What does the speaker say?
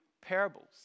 parables